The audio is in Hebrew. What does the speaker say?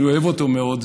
אני אוהב אותו מאוד,